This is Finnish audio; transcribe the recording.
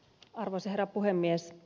arvoisa herra puhemies